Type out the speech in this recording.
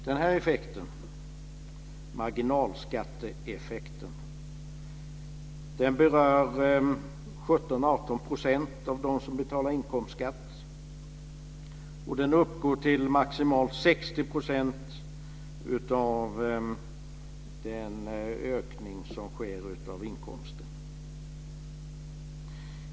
Den här effekten, marginalskatteeffekten, berör 17-18 % av dem som betalar inkomstskatt och uppgår till maximalt 60 % av den ökning som sker av inkomsten.